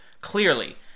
clearly